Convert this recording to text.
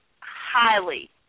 highly